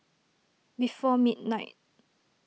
before midnight